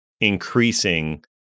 increasing